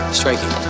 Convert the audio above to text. striking